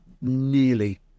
nearly